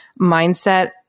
mindset